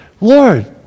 Lord